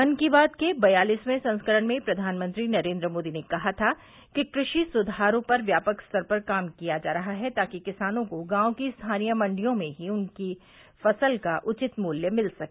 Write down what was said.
मन की बात के बयालिसवें संस्करण में प्रधानमंत्री नरेन्द्र मोदी ने कहा था कि कृषि सुधारों पर व्यापक स्तर पर काम किया जा रहा है ताकि किसानों को गांव की स्थानीय मंडियों में ही उनकी फसल का उचित मूल्य मिल सके